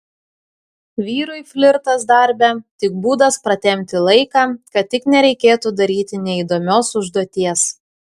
vyrui flirtas darbe tik būdas pratempti laiką kad tik nereikėtų daryti neįdomios užduoties